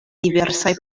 diversaj